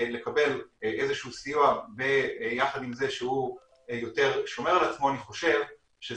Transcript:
לקבל איזה שהוא סיוע יחד עם זה שהוא יותר שומר על עצמו זה גם יכול